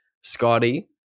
Scotty